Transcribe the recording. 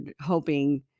hoping